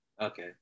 Okay